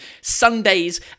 Sundays